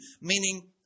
meaning